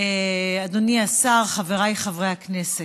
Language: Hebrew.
אדוני השר, חבריי חברי הכנסת,